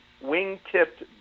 wing-tipped